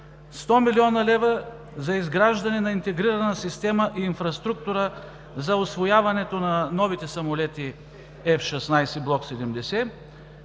100 млн. лв. за изграждане на интегрирана система и инфраструктура за усвояването на новите самолети F-16 Block 70;